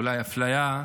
אולי אפליה,